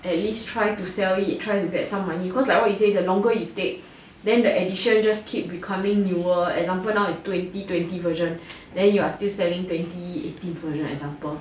at least try to sell it try to get some money cause like what you said the longer you take then the edition just keep becoming newer example now is twenty twenty verison then you are still selling twenty eighteen version example